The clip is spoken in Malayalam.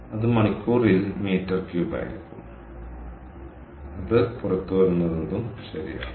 അത് മണിക്കൂറിൽ മീറ്റർ ക്യൂബായിരിക്കും അത് പുറത്തുവരുന്നതെന്തും ശരിയാകും